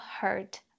hurt